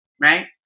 Right